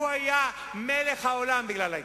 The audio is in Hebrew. הוא היה מלך העולם בגלל ההתנתקות.